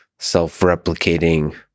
self-replicating